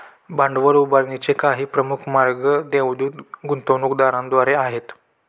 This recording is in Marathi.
भांडवल उभारणीचे काही प्रमुख मार्ग देवदूत गुंतवणूकदारांद्वारे आहेत